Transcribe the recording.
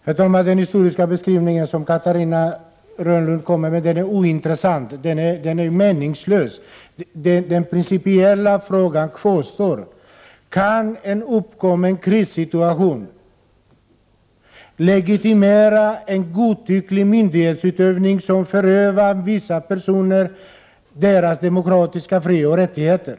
Herr talman! Den historieskrivning som Catarina Rönnung presenterar är ointressant och meningslös. Den principiella frågan kvarstår: Kan en uppkommen krissituation legitimera en godtycklig myndighetsutövning, som berövar vissa personer deras demokratiska frioch rättigheter?